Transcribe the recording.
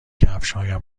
کفشهایم